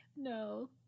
no